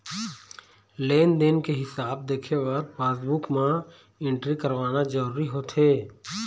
लेन देन के हिसाब देखे बर पासबूक म एंटरी करवाना जरूरी होथे